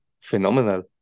phenomenal